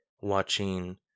watching